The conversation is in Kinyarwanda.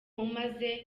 umaze